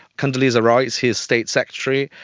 condoleezza rice, his state secretary,